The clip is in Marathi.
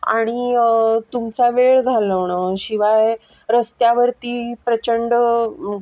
आणि तुमचा वेळ घालवणं शिवाय रस्त्यावरती प्रचंड